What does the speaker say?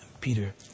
Peter